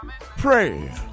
pray